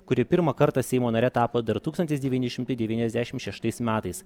kuri pirmą kartą seimo nare tapo dar tūkstantis devyni šimtai devyniasdešim šeštais metais